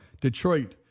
Detroit